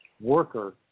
worker